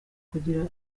kugira